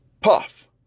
Puff